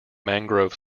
mangrove